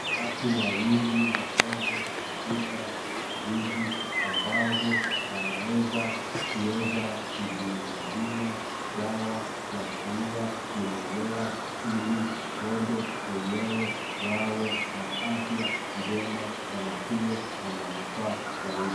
Watu wawili na ng'ombe katika zizi ambazo wanaweza kueza kuzinyunyizia dawa ya kuua vimelea ili ng'ombe wenyewe wawe na afya njema na wakuwe na manufaa zaidi.